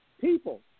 People